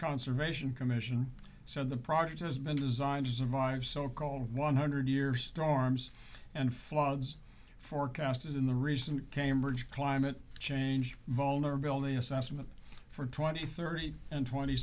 conservation commission so the project has been designed to survive so called one hundred year storm and floods forecasters in the recent cambridge climate change vulnerability assessment from twenty thirty and twenty